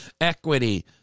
Equity